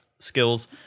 skills